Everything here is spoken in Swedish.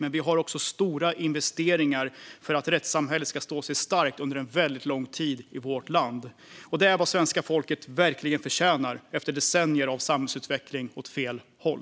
Men vi har också stora investeringar för att rättssamhället ska stå sig starkt under en väldigt lång tid i vårt land. Det är vad svenska folket verkligen förtjänar efter decennier av samhällsutveckling åt fel håll.